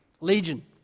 Legion